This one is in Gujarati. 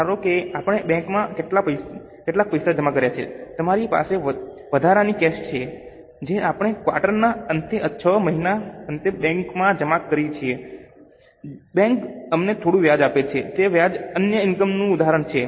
ધારો કે આપણે બેંકમાં કેટલાક પૈસા જમા કર્યા છે અમારી પાસે વધારાની કેશ છે જે આપણે ક્વાર્ટરના અંતે અથવા 6 મહિનાના અંતે બેંકમાં જમા કરીએ છીએ બેંક અમને થોડું વ્યાજ આપે છે તે વ્યાજ અન્ય ઇનકમ નું ઉદાહરણ છે